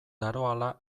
daroala